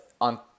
on